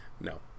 No